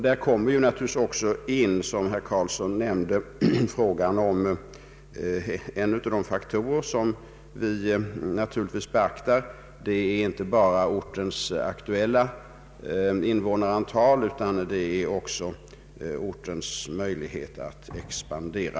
Därvid spelar också en av de faktorer som herr Karlsson nämnde en roll. Det är inte bara ortens aktuella invånarantal som kommer att beaktas utan också dess möjligheter att expandera.